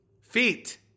feet